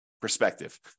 Perspective